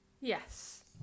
Yes